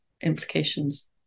implications